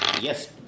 Yes